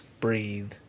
breathe